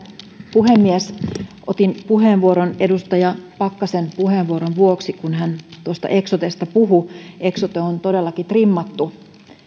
puhemies otin puheenvuoron edustaja pakkasen puheenvuoron vuoksi kun hän tuosta eksotesta puhui eksote on todellakin trimmattu